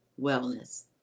wellness